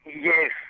Yes